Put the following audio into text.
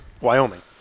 Wyoming